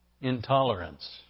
intolerance